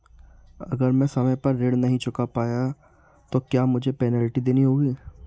अगर मैं समय पर ऋण नहीं चुका पाया तो क्या मुझे पेनल्टी देनी होगी?